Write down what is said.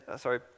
sorry